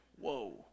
Whoa